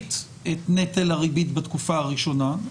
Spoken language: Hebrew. מפחית את נטל הריבית בתקופה הראשונה,